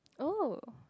oh